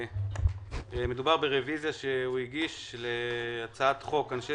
מדובר ברביזיה שהוא הגיש להצעת חוק אנשי